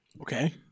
okay